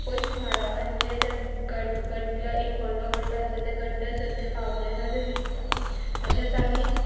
पयस मारप आनी जे गड्डे एक व्हडलो गड्डो आसा त्या गड्ड्या जर ते पावले जाल्यार जिकता तशेंच आमी